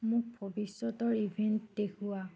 মোক ভৱিষ্যতৰ ইভেণ্ট দেখুওৱা